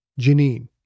Janine